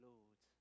Lord